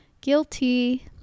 Guilty